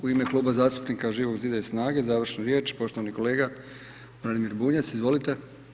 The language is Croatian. U ime Kluba zastupnika Živog zida i SNAGA-e, završna riječ, poštovani kolega Branimir Bunjac, izvolite.